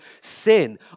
sin